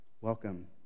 welcome